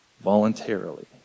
Voluntarily